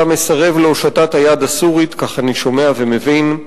אתה מסרב להושטת היד הסורית, כך אני שומע ומבין.